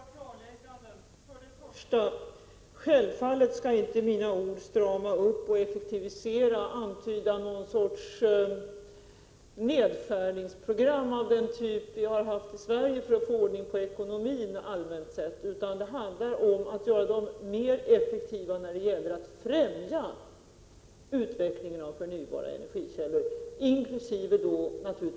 Herr talman! Ett par klarlägganden. För det första antyder självfallet inte mina ord om uppstramning och effektivisering någon sorts nedskärningsprogram av den typ som vi haft i Sverige för att få ordning på ekonomin allmänt sett, utan det handlar om att göra verksamheterna mera effektiva när det gäller att främja utvecklingen av förnybara energikällor, naturligtvis inkl.